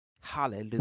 Hallelujah